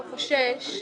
זה לא נחשב?